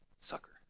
sucker